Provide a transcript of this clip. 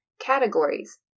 categories